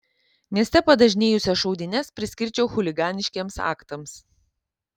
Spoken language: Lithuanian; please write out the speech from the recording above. mieste padažnėjusias šaudynes priskirčiau chuliganiškiems aktams